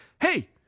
Hey